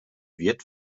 wird